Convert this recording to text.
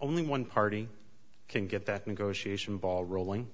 only one party can get that negotiation ball rolling